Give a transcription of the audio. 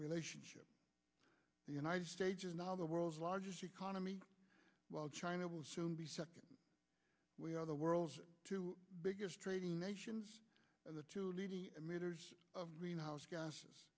relationship the united states is now the world's largest economy while china will soon be second we are the world's two biggest trading nations and the two leading emitters of greenhouse gases